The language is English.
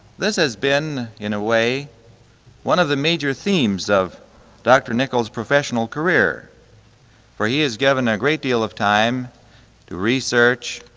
this has been in a way one of the major themes of dr. nichols' professional career for he has given a great deal of time to research,